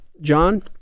John